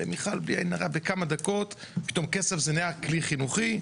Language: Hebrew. מיכל בכמה דקות, כסף נהיה כלי חינוכי.